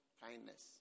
kindness